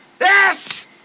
Yes